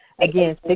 Again